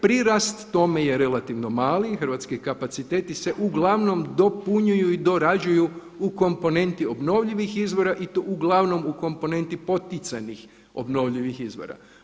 Prirast tome je relativno mali, hrvatski kapaciteti se uglavnom dopunjuju i dorađuju u komponenti obnovljivih izvora i to uglavnom u komponenti poticanih obnovljivih izvora.